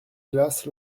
glace